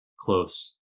close